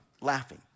laughing